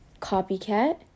Copycat